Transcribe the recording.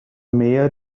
mayor